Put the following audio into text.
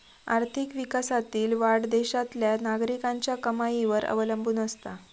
आर्थिक विकासातील वाढ देशातल्या नागरिकांच्या कमाईवर अवलंबून असता